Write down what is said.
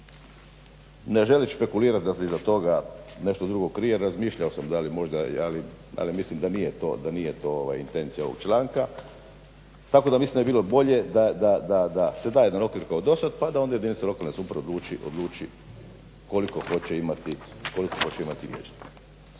ne želeći špekulirati da se iza toga nešto drugo krije, razmišljao sam da li možda, ali mislim da nije to intencija ovog članka, tako da mislim da bi bilo bolje da se da jedan okvir kao dosad pa da onda jedinica lokalne samouprave odluči koliko hoće imati vijećnika.